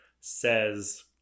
says